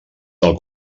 dels